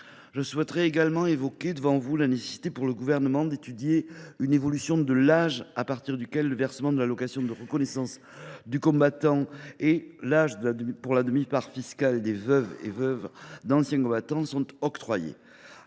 Je souhaite également évoquer devant vous la nécessité pour le Gouvernement d’étudier une évolution des âges à partir desquels le versement de l’allocation de reconnaissance du combattant et la demi part fiscale des veufs ou veuves d’anciens combattants sont octroyés.